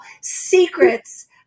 secrets